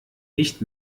nicht